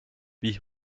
wie